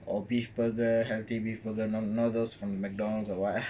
or beef burger healthy beef burger not those from the McDonald's or what ah